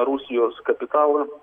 rusijos kapitalą